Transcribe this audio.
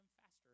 faster